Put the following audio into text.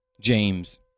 James